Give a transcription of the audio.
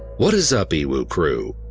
what is up, ewu crew?